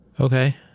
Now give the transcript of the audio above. Okay